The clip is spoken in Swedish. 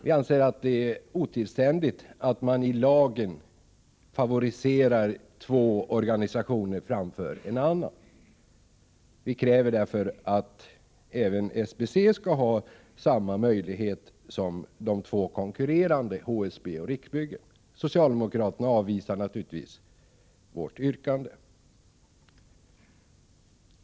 Vi anser det otillständigt att man i lagen favoriserar två organisationer framför en annan. Vi kräver därför att även SBC skall ha samma möjlighet som de två konkurrerande organisationerna, HSB och Riksbyggen. Socialdemokraterna avvisar naturligtvis vårt yrkande.